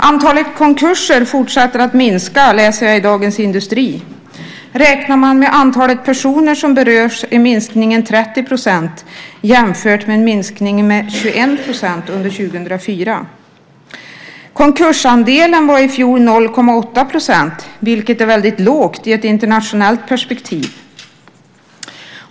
Antalet konkurser fortsätter att minska, läser jag i Dagens Industri. Räknar man med antalet personer som berörs är minskningen 30 %, jämfört med en minskning med 21 % under 2004. Konkursandelen var i fjol 0,8 %, vilket är väldigt lågt i ett internationellt perspektiv.